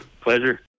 pleasure